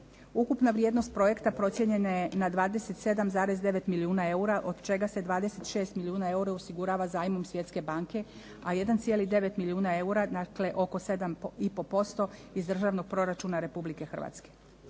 Ukupna vrijednost projekta procijenjena je na 27,9 milijuna eura od čega se 26 milijuna eura osigurava zajmom Svjetske banke a 1,9 milijuna eura, dakle oko 7 i po posto iz državnog proračuna Republike Hrvatske.